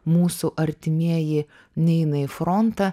mūsų artimieji neina į frontą